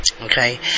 Okay